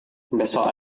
besok